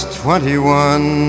twenty-one